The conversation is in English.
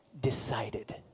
decided